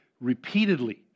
repeatedly